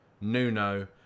Nuno